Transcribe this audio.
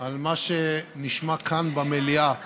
על מה שנשמע כאן במליאה